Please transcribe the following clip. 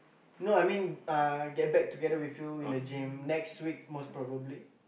no I mean uh get back together with you in the gym next week most probably